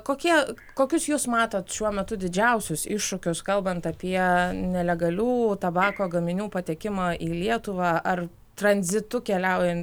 kokie kokius jūs matot šiuo metu didžiausius iššūkius kalbant apie nelegalių tabako gaminių patekimą į lietuvą ar tranzitu keliaujant